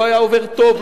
לא היה עובר טוב,